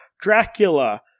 Dracula